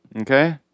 Okay